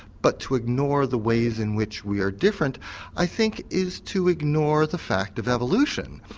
but to ignore the ways in which we are different i think is to ignore the fact of evolution.